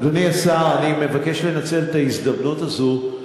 אדוני השר, אני מבקש לנצל את ההזדמנות הזאת,